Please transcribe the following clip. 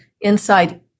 inside